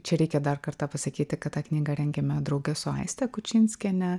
čia reikia dar kartą pasakyti kad tą knygą rengėme drauge su aiste kučinskiene